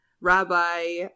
Rabbi